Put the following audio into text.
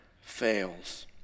fails